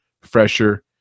fresher